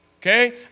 Okay